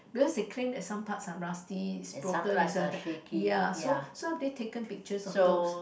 because they claim that some parts are rusty is broken is yeah so so they taken pictures of those